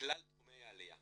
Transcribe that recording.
בכלל תחומי העלייה.